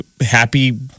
happy